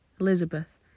Elizabeth